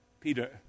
Peter